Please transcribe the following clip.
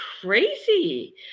crazy